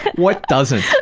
what doesn't?